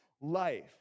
life